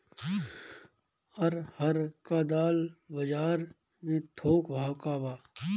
अरहर क दाल बजार में थोक भाव का बा?